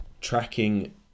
tracking